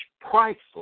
priceless